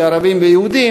וערבים ויהודים,